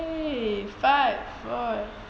!hey! five four